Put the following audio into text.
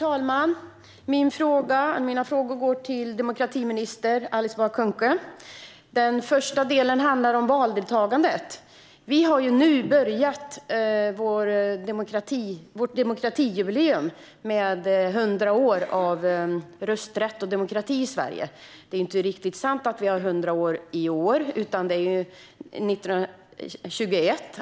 Herr talman! Mina frågor går till demokratiminister Alice Bah Kuhnke. Den första frågan handlar om valdeltagandet. Vi har nu börjat vårt demokratijubileum för 100 år av rösträtt och demokrati i Sverige. Det är dock inte riktigt sant att det är 100 år i år, utan vi får räkna från 1921.